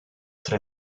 tre